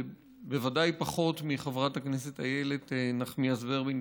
בוודאי פחות מחברת הכנסת איילת נחמיאס ורבין,